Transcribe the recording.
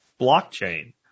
blockchain